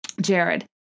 Jared